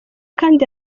kandi